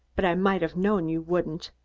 but i might have known you wouldn't.